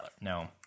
No